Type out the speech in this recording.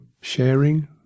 sharing